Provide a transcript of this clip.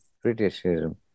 criticism